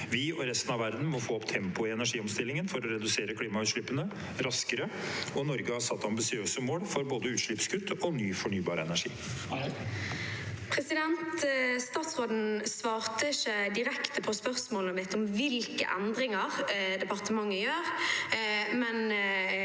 Vi, og resten av verden, må få opp tempoet i energiomstillingen for å redusere klimautslippene raskere, og Norge har satt ambisiøse mål for både utslippskutt og ny fornybar energi. Sofie Marhaug (R) Statsråden svarte ikke direkte på spørsmålet mitt om hvilke endringer departementet gjør,